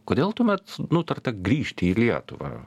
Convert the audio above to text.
kodėl tuomet nutarta grįžti į lietuvą